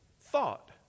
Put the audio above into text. thought